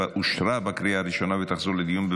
2024,